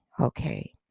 Okay